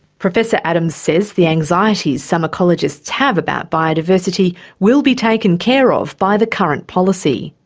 professor adams says the anxieties some ecologists have about biodiversity will be taken care of by the current policy.